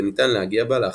וניתן להגיע בה להחלמה.